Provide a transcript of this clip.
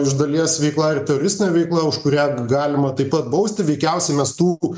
iš dalies veikla ir teroristine veikla už kurią galima taip pat bausti veikiausiai mes tų